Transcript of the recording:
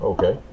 Okay